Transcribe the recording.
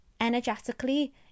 energetically